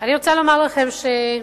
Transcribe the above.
אני רוצה לומר לכם שב-DNA,